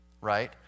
right